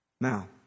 Now